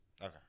Okay